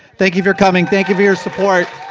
thank you for coming, thank you for your support.